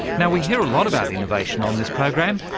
now we hear a lot about innovation on this program,